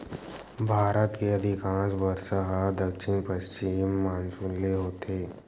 भारत के अधिकांस बरसा ह दक्छिन पस्चिम मानसून ले होथे